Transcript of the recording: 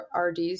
RDs